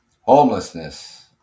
Homelessness